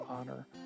honor